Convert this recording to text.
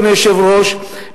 אדוני היושב-ראש,